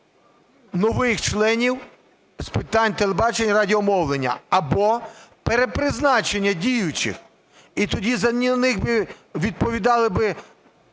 нових членів з питань телебачення і радіомовлення або перепризначення діючих. І тоді за них відповідали би